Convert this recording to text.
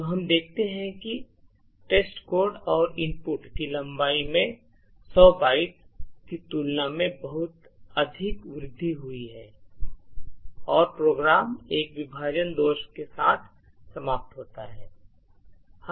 तो हम देखते हैं कि टेस्टकोड और इनपुट की लंबाई में 100 बाइट्स की तुलना में बहुत अधिक वृद्धि हुई है और प्रोग्राम एक विभाजन दोष के साथ समाप्त होता है